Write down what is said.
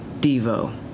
Devo